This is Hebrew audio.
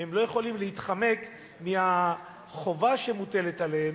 והם לא יכולים להתחמק מהחובה שמוטלת עליהם,